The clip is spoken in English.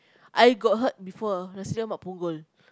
I got heard before nasi-lemak Punggol